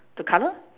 the color